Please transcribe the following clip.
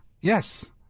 Yes